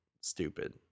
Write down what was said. stupid